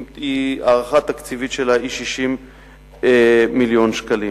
ההערכה התקציבית שלה היא 60 מיליון שקלים.